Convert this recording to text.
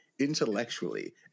intellectually